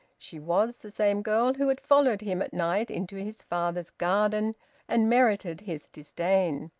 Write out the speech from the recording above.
she was the same girl who had followed him at night into his father's garden and merited his disdain.